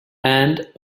and